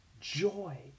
joy